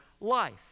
life